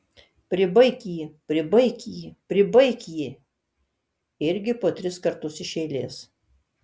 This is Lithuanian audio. pribaik jį pribaik jį pribaik jį irgi po tris kartus iš eilės